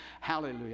hallelujah